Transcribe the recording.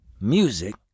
music